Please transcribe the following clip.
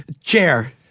chair